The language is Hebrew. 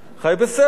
חי בסרט.